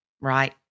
Right